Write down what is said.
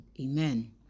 Amen